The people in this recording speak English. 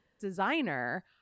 designer